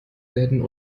werden